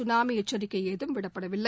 tsunami எச்சிக்கை ஏதும் விடப்படவில்லை